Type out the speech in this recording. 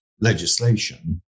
legislation